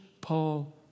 Paul